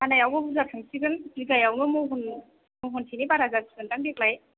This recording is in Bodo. हानायावबो बुरजा थांसिगोन बिगायावनो महन महनसेनि बारा जासिगोनदां देग्लाय